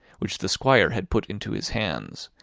which the squire had put into his hands,